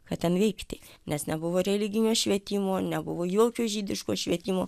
ką ten veikti nes nebuvo religinio švietimo nebuvo jokio žydiško švietimo